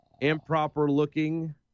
Improper-looking